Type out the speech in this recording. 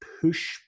push